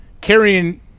carrying